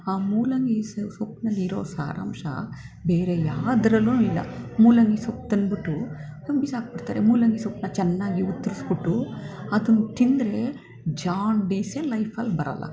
ಆ ಮೂಲಂಗಿ ಸೊಪ್ಪಿನಲ್ಲಿರೋ ಸಾರಾಂಶ ಬೇರೆ ಯಾವುದ್ರಲ್ಲೂ ಇಲ್ಲ ಮೂಲಂಗಿ ಸೊಪ್ಪು ತಂದ್ಬಿಟ್ಟು ಹಂಗೆ ಬಿಸಾಕ್ಬಿಡ್ತಾರೆ ಮೂಲಂಗಿ ಸೊಪ್ಪನ್ನ ಚೆನ್ನಾಗಿ ಉತ್ತರಿಸ್ಬಿಟ್ಟು ಅದನ್ನು ತಿಂದರೆ ಜಾಂಡೀಸೆ ಲೈಫಲ್ಲಿ ಬರೋಲ್ಲ